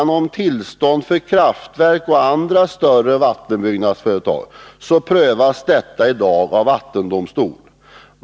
Tillstånd för kraftverk och andra större vattenbyggnadsföretag prövas i dag av vattendomstol.